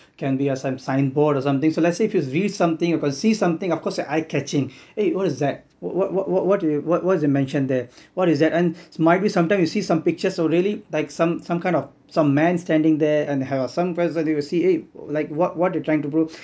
it can be uh some signboard or something so let's say if he reads something you or see something of course eye catching !hey! what is that what what what what what do you what is mentioned there what is that and might be sometime you see some pictures so really like some some kind of some man standing there and have some sunglass on you will say eh what what you're trying to prove